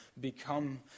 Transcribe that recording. become